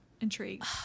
intrigued